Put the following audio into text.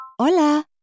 Hola